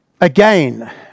Again